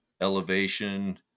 elevation